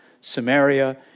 Samaria